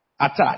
attack